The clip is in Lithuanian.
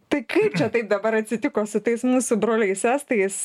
tai kaip čia taip dabar atsitiko su tais mūsų broliais estais